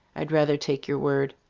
i'd rather take your word.